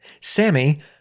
sammy